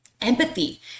Empathy